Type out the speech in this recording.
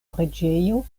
preĝejo